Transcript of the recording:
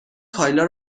کایلا